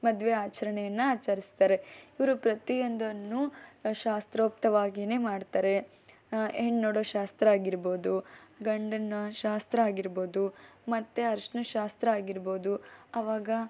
ಮದುವೆ ಆಚರಣೆಯನ್ನು ಆಚರಿಸ್ತಾರೆ ಇವರು ಪ್ರತಿಯೊಂದನ್ನು ಶಾಸ್ತ್ರೋಕ್ತವಾಗಿಯೇ ಮಾಡ್ತಾರೆ ಹೆಣ್ಣು ನೋಡೋ ಶಾಸ್ತ್ರ ಆಗಿರ್ಬೋದು ಗಂಡಿನ ಶಾಸ್ತ್ರ ಆಗಿರ್ಬೋದು ಮತ್ತು ಅರ್ಶ್ನದ ಶಾಸ್ತ್ರ ಆಗಿರ್ಬೋದು ಆವಾಗ